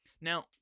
Now